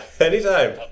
anytime